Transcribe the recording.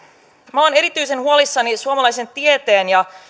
minä olen erityisen huolissani suomalaisen tieteen ja